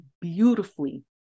beautifully